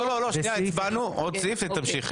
לא, לא, לא, הצבענו, עוד סעיף ותמשיכי.